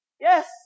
Yes